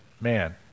man